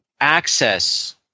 access